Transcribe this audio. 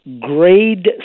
grade